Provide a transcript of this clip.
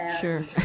sure